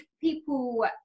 people